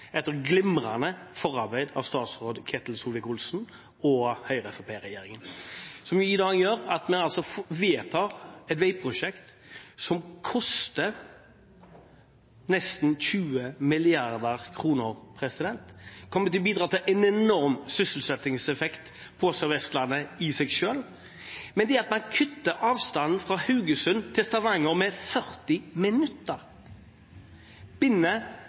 etter glimrende forarbeid av statsråd Ketil Solvik-Olsen og Høyre–Fremskrittsparti-regjeringen, som i dag gjør at vi altså vedtar et veiprosjekt som koster nesten 20 mrd. kr. Det kommer til å bidra til en enorm sysselsettingseffekt på Sør-Vestlandet i seg selv, men det at man kutter avstanden fra Haugesund til Stavanger med 40 minutter,